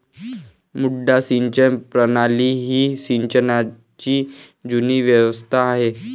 मुड्डा सिंचन प्रणाली ही सिंचनाची जुनी व्यवस्था आहे